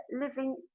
living